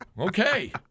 Okay